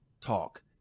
talk